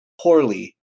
poorly